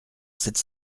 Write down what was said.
sept